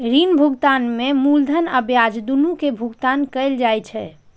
ऋण भुगतान में मूलधन आ ब्याज, दुनू के भुगतान कैल जाइ छै